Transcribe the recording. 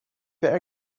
better